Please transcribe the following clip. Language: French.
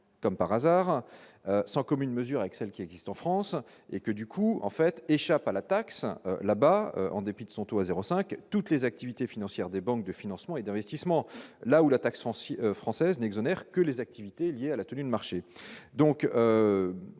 comme par hasard, sans commune mesure avec celles qui existent en France et que du coup, en fait, échappent à la taxe là-bas, en dépit de son toit 05 toutes les activités financières des banques de financement et d'investissement, là où la taxe foncière française n'exonère que les activités liées à la tenue de marché, donc